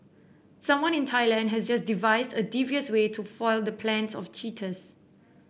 someone in Thailand has just devised a devious way to foil the plans of cheaters